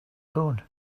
gun